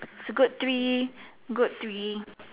it's a good three good three